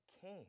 came